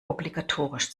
obligatorisch